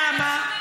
למה?